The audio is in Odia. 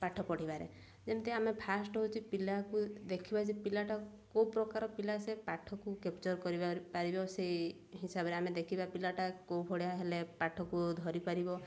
ପାଠ ପଢ଼ିବାରେ ଯେମିତି ଆମେ ଫାଷ୍ଟ ହଉଛି ପିଲାକୁ ଦେଖିବା ଯେ ପିଲାଟା କେଉଁ ପ୍ରକାର ପିଲା ସେ ପାଠକୁ କ୍ୟାପଚର କରିବା ପାରିବ ସେଇ ହିସାବରେ ଆମେ ଦେଖିବା ପିଲାଟା କେଉଁ ଭଳିଆ ହେଲେ ପାଠକୁ ଧରିପାରିବ